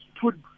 put